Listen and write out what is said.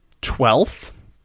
twelfth